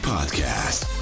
Podcast